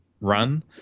run